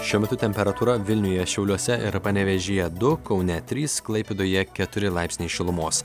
šiuo metu temperatūra vilniuje šiauliuose ir panevėžyje du kaune trys klaipėdoje keturi laipsniai šilumos